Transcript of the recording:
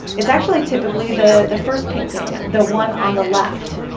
it's actually typically, the the first painting the one on the left.